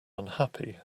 unhappy